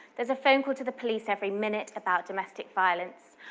there's a phone call to the police every minute about domestic violence.